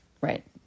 Right